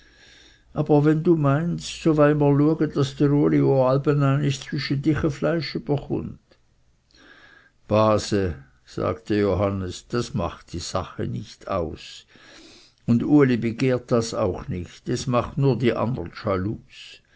aber wennd meinst so wey mr luege daß dr uli o allbeneinisch zwüsche yche fleisch überchunt base sagte johannes das macht die sache nicht aus und uli begehrt das auch nicht es macht die andern